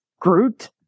Groot